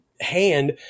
hand